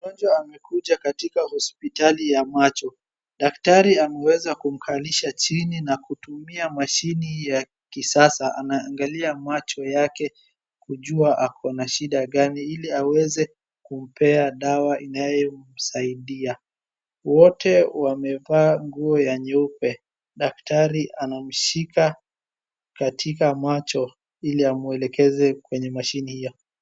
Mgonjwa amekuja katika hospitali ya macho. Daktari ameweza kumkalisha chini na kutumia mashini ya kisasa, anaangalia macho yake kujua ako na shida gani ili aweze kumpea dawa inayomsaidia. Wote wamevaa nguo ya nyeupe. Daktari anamshika katika macho ili amwelekeze kwenye mashini hio.